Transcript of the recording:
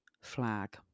flag